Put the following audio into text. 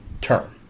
term